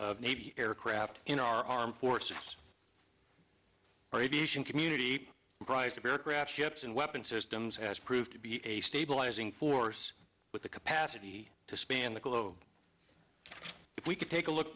of navy aircraft in our armed forces our aviation community private aircraft ships and weapon systems has proved to be a stabilizing force with the capacity to span the globe if we can take a look